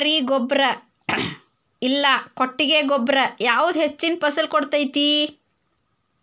ಸರ್ಕಾರಿ ಗೊಬ್ಬರ ಇಲ್ಲಾ ಕೊಟ್ಟಿಗೆ ಗೊಬ್ಬರ ಯಾವುದು ಹೆಚ್ಚಿನ ಫಸಲ್ ಕೊಡತೈತಿ?